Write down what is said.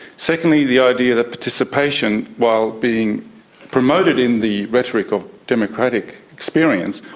secondly, the idea that participation, while being promoted in the rhetoric of democratic experience,